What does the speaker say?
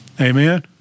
Amen